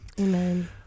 Amen